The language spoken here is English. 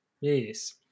Yes